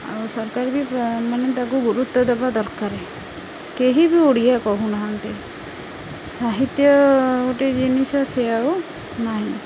ଆଉ ସରକାର ବି ମାନେ ତାକୁ ଗୁରୁତ୍ୱ ଦେବା ଦରକାର କେହି ବି ଓଡ଼ିଆ କହୁନାହାନ୍ତି ସାହିତ୍ୟ ଗୋଟେ ଜିନିଷ ସେ ଆଉ ନାହିଁ